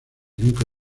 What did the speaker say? nunca